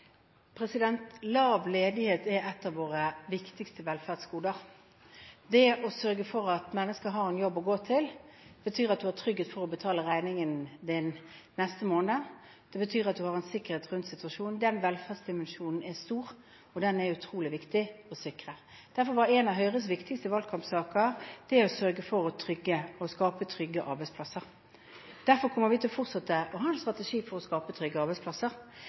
Lav ledighet er et av våre viktigste velferdsgoder. Det å sørge for at mennesker har en jobb å gå til, betyr at de har trygghet for at de kan betale regningen sin neste måned. Det betyr at de har en sikkerhet rundt situasjonen. Den velferdsdimensjonen er stor, og den er det utrolig viktig å sikre. Derfor var en av Høyres viktigste valgkampsaker å sørge for å skape trygge arbeidsplasser. Derfor kommer vi til å fortsette å ha en strategi for å skape trygge arbeidsplasser.